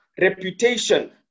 reputation